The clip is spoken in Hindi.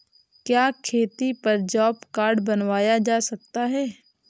क्या खेती पर जॉब कार्ड बनवाया जा सकता है?